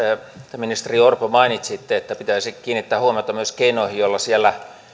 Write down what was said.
te ministeri orpo mainitsitte että pitäisi kiinnittää huomioita myös keinoihin joilla siellä